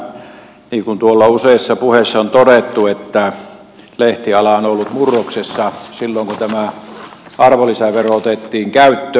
niin kuin tuolla useissa puheissa on todettu lehtiala on ollut murroksessa silloin kun tämä arvonlisävero otettiin käyttöön